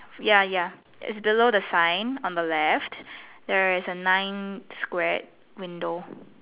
ya ya it's below the sign on the left there is a nine square window